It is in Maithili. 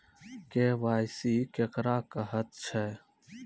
के.वाई.सी केकरा कहैत छै?